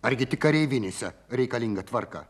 argi tik kareivinėse reikalinga tvarka